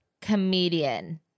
comedian